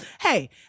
hey